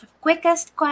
quickest